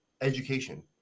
education